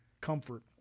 comfort